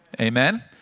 Amen